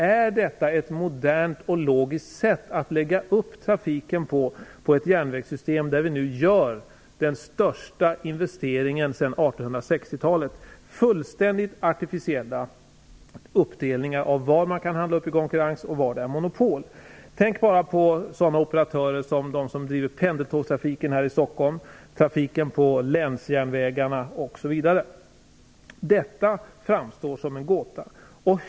Är detta ett modernt och logiskt sätt att lägga upp trafiken för ett järnvägssystem, där vi nu gör den största investeringen sedan 1860-talet? Det är fråga om fullständigt artificiella uppdelningar av var man kan handla upp i konkurrens och var det är monopol. Ta bara sådana operatörer som de som driver pendeltågstrafiken här i Stockholm, trafiken på länsjärnvägarna osv. Detta framstår som en gåta.